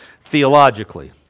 Theologically